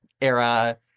era